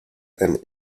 and